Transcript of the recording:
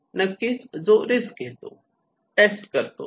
नक्कीच जो लवकर रिस्क घेतो टेस्ट करतो